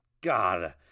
God